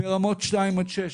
ברמות 2 עד 6,